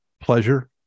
Pleasure